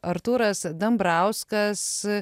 artūras dambrauskas